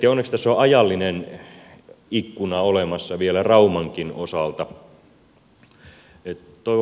onneksi tässä on ajallinen ikkuna olemassa vielä raumankin osalta